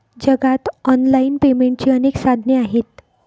जगात ऑनलाइन पेमेंटची अनेक साधने आहेत